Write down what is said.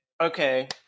Okay